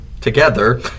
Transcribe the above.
together